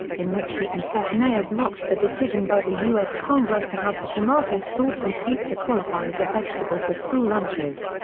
in which he and seth meyers mocked the decision by the u s. congress to have the tomato sauce on pizza qualify as a vegetable for school lunches.